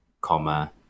Comma